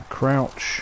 Crouch